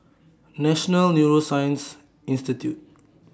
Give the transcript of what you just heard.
National Neuroscience Institute